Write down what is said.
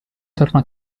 torno